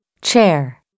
chair